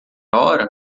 hora